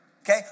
okay